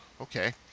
Okay